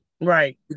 Right